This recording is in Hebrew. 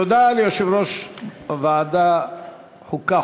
תודה ליושב-ראש ועדת החוקה,